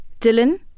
Dylan